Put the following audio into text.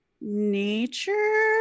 nature